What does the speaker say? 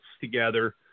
together